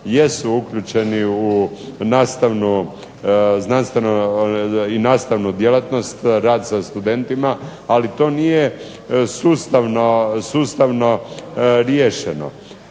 u znanstvenu i nastavnu djelatnost, rad sa studentima, ali to nije sustavno riješeno.